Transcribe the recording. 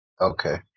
Okay